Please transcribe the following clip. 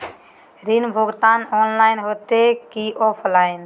ऋण भुगतान ऑनलाइन होते की ऑफलाइन?